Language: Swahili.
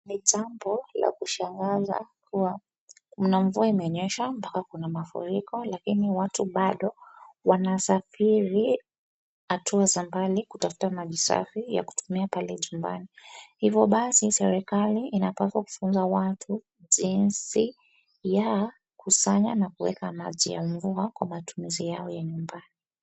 Ni jambo la kushanganza kuwa kuna mvua imenyesha mpaka kuna mafuriko lakini watu bado wanasafiri hatua za mbali kutafuta maji safi ya kutumia pale chumbani. Hivyo basi serikali inapaswa kufunza watu jinsi ya kufanya na kuweka maji ya mvua kwa matumizi yo ya nyumbani.